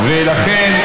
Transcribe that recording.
ולכן,